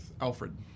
Alfred